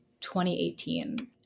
2018